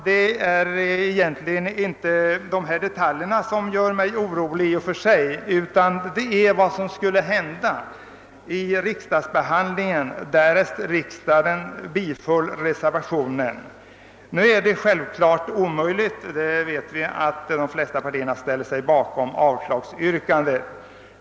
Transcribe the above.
Det är egentligen inte de detaljer som jag nu nämnt som gör mig orolig, utan det är vad som skulle hända därest riksdagen vid sin behandling av detta ärende biföll reservationen. Nu är detta självfallet omöjligt, eftersom vi vet att de flesta partierna ställer sig bakom avslagsyrkandet.